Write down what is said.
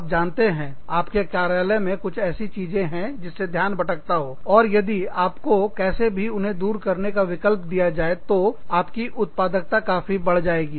आप जानते हैं आप के कार्यालय में कुछ ऐसी चीजें हैं जिससे ध्यान भटकता हो और यदि आपको कैसे भी उन्हें दूर करने का विकल्प दिया जाए तो आपकी उत्पादकता काफी बढ़ जाएगी